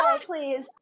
please